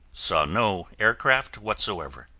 saw no aircraft whatsoever.